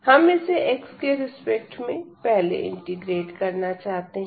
हम इसे x के रिस्पेक्ट में पहले इंटीग्रेट करना चाहते हैं